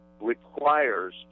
requires